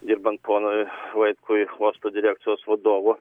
dirbant ponui vaitkui uosto direkcijos vadovu